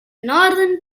northern